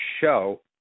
show